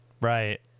Right